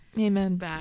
Amen